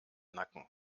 nacken